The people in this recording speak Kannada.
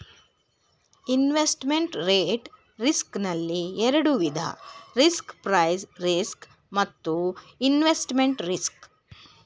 ಇನ್ವೆಸ್ಟ್ಮೆಂಟ್ ರೇಟ್ ರಿಸ್ಕ್ ನಲ್ಲಿ ಎರಡು ವಿಧ ರಿಸ್ಕ್ ಪ್ರೈಸ್ ರಿಸ್ಕ್ ಮತ್ತು ರಿಇನ್ವೆಸ್ಟ್ಮೆಂಟ್ ರಿಸ್ಕ್